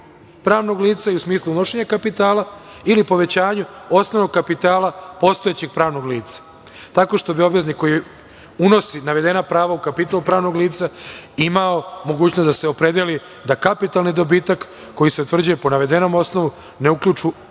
pravnog lica i u smislu unošenja kapitala ili povećanju osnovnog kapitala postojećeg pravnog lica, tako što bi obveznik koji unosi navedena prava u kapital pravnog lica imao mogućnost da se opredeli da kapitalni dobitak, koji se utvrđuje po navedenom osnovu, ne uključi